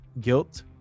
guilt